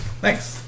Thanks